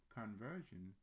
conversion